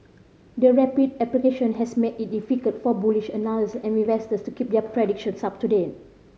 the rapid appreciation has made it difficult for bullish analyst and investors to keep their predictions up to date